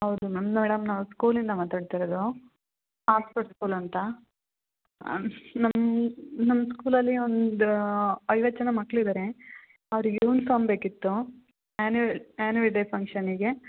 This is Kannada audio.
ಹೌದು ಮ್ಯಾಮ್ ಮೇಡಮ್ ನಾವು ಸ್ಕೂಲಿಂದ ಮಾತಾಡ್ತಾ ಇರೋದು ಆಕ್ಸ್ಫರ್ಡ್ ಸ್ಕೂಲ್ ಅಂತ ನಮ್ಮ ನಮ್ಮ ಸ್ಕೂಲಲ್ಲಿ ಒಂದು ಐವತ್ತು ಜನ ಮಕ್ಳು ಇದಾರೆ ಅವ್ರಿಗೆ ಯುನ್ಫಾಮ್ ಬೇಕಿತ್ತು ಆನ್ಯುಲ್ ಆ್ಯನ್ವಲ್ ಡೇ ಫಂಕ್ಷನಿಗೆ